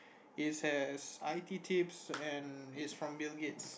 it has I_T tips and it's from Bill-Gates